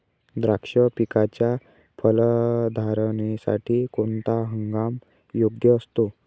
द्राक्ष पिकाच्या फलधारणेसाठी कोणता हंगाम योग्य असतो?